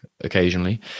occasionally